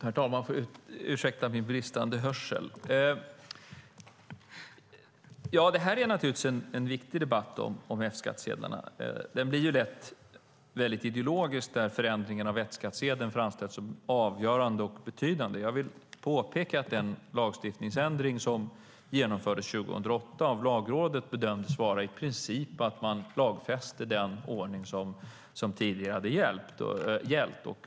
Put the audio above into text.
Herr talman! Den här debatten om F-skattsedlarna är naturligtvis viktig, men den blir lätt väldigt ideologisk. Förändringen av F-skattsedeln framställs som avgörande och betydande. Jag vill påpeka att Lagrådet gjort bedömningen att den lagstiftningsändring som genomfördes 2008 i princip innebar att man lagfäste den ordning som tidigare hade gällt.